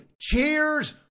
cheers